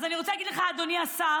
אז אני רוצה להגיד לך, אדוני השר,